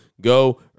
Go